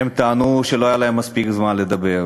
הם טענו שלא היה להם מספיק זמן לדבר.